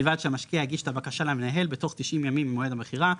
ובלבד שהמשקיע הגיש את הבקשה למנהל בתוך 90 ימים ממועד המכירה,